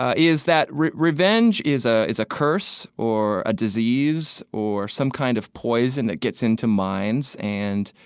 ah is that revenge is ah is a curse or a disease or some kind of poison that gets into minds and,